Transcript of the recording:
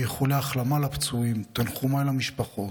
באיחולי החלמה לפצועים, תנחומיי למשפחות,